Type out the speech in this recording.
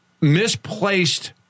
misplaced